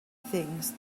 things